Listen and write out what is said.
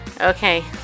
Okay